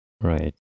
right